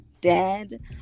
dead